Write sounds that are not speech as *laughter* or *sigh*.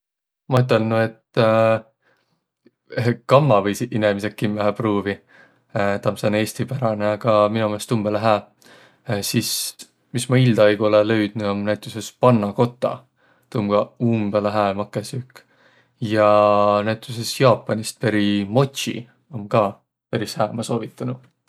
Ma ütelnüq, et *hesitation* kamma võisiq inemiseq kimmähe pruuviq. *hesitation* Taa om sääne eestiperäne, aga mino meelest umbõlõ hää. *hesitation* Sis, mis ma ildaaigu olõ löüdnüq, om näütüses pannakota, tuu om ka umbõlõ hää makõsüük. Ja näütüses Jaapanist peri motsi om ka peris hää, ma soovitanuq.